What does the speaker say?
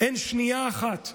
אין שנייה אחת,